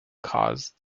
caused